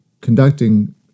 conducting